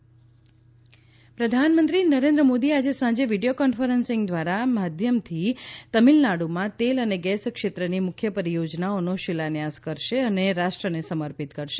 પ્રધાનમંત્રી તમીલનાડુ પેટ્રોલીયમ પ્રધાનમંત્રી નરેન્દ્ર મોદી આજે સાંજે વિડીયો કોન્ફરન્સીંગના માધ્યમથી તમીલનાડુમાં તેલ અને ગેસ ક્ષેત્રની મુખ્ય પરીયોજનાઓનો શિલાન્યાસ કરશે અને રાષ્ટ્રને સમર્પિત કરશે